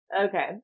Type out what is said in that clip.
Okay